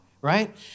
right